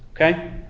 Okay